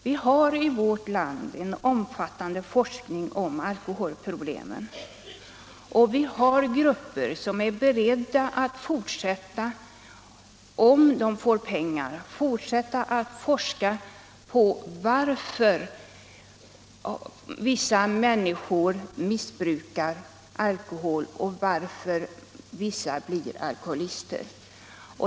Vi har i vårt land en omfattande forskning om alkoholproblemen och vi har grupper som är beredda att, om de får pengar, fortsätta att forska om varför vissa människor missbrukar alkohol och varför vissa blir alkoholister.